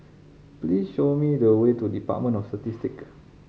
please show me the way to Department of Statistic